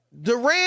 Durant